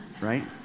Right